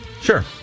Sure